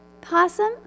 Possum